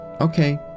Okay